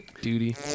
duty